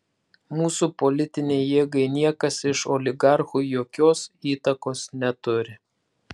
mūsų politinei jėgai niekas iš oligarchų jokios įtakos neturi